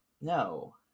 no